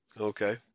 Okay